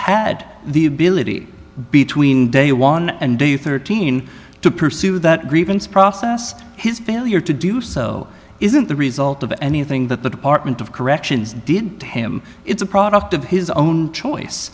had the ability between day one and day you thirteen to pursue that grievance process yes his failure to do so isn't the result of anything that the department of corrections did to him it's a product of his own choice